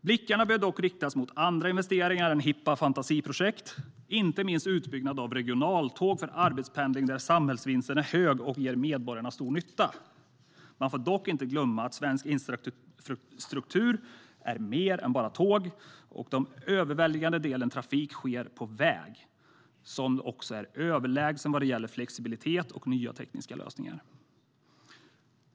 Blickarna bör dock riktas mot andra investeringar än hippa fantasiprojekt, inte minst mot utbyggnad av regionaltåg för arbetspendling, där samhällsvinsten är hög och ger medborgarna stor nytta. Man får dock inte glömma att svensk infrastruktur är mer än bara tåg. Den överväldigande delen av trafiken är vägtrafik, som också är överlägsen vad gäller flexibilitet och nya tekniska lösningar.